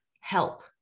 help